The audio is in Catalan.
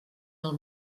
del